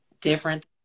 different